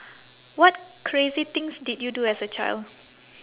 what crazy things did you do as a child